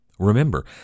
Remember